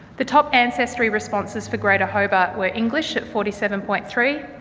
the top ancestry responses for greater hobart were english at forty seven point three,